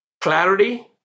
clarity